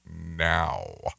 now